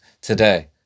today